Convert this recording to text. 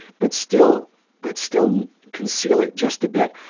but still but still conceal it just a bit.